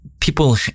People